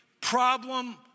problem